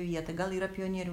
vieta gal yra pionierių